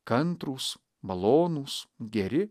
kantrūs malonūs geri